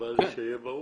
אבל שיהיה ברור,